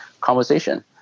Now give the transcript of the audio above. conversation